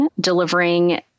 delivering